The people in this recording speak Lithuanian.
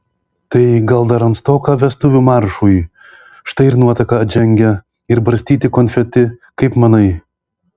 tai gal dar ankstoka vestuvių maršui štai ir nuotaka atžengia ir barstyti konfeti kaip manai